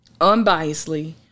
unbiasedly